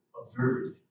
observers